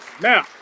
Now